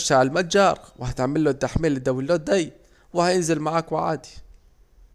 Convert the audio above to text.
هتخش عالمتجر وتعمل تحميل الي هو الداونلود ديه وهينزل معاك وعادي